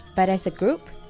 but as a group,